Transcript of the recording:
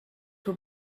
will